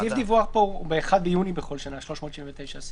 סעיף הדיווח הכללי פה, סעיף 379,